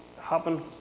happen